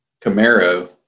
Camaro